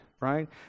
Right